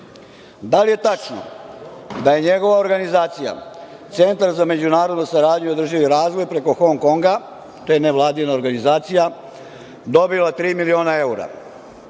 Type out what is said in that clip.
da li je tačno da je njegova organizacija, Centar za međunarodnu saradnju i održivi razvoj, preko Hong Konga, to je nevladina organizacija, dobila tri miliona evra?